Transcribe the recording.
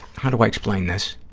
how do i explain this?